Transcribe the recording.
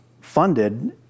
funded